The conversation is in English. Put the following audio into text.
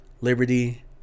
liberty